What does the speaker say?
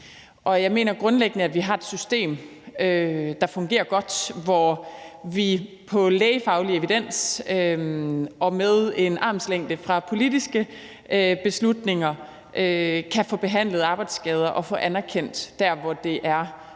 Jeg mener grundlæggende, at vi har et system, der fungerer godt, hvor vi på baggrund af lægefaglig evidens og med en armslængde fra politiske beslutninger kan få behandlet arbejdsskader og få anerkendt dem, når det er